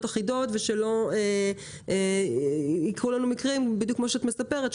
אחידות ושלא יקרו לנו מקרים כמו שאת מספרת,